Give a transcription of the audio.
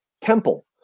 temple